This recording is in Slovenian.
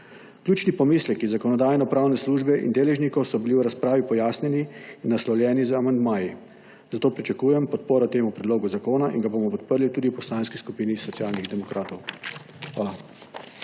Ključni pomisleki Zakonodajno-pravne službe in deležnikov so bili v razpravi pojasnjeni in naslovljeni z amandmaji, zato pričakujem podporo temu predlogu zakona in ga bomo podprli tudi v Poslanski skupini Socialnih demokratov. Hvala.